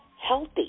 healthy